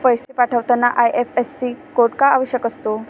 पैसे पाठवताना IFSC code का आवश्यक असतो?